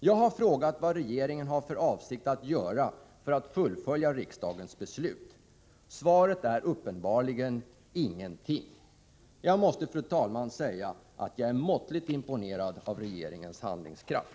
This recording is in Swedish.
Jag har frågat vad regeringen har för avsikt att göra för att fullfölja riksdagens beslut. Svaret är uppenbarligen: Ingenting. Jag måste, fru talman, säga att jag är måttligt imponerad av regeringens handlingskraft.